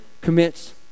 commits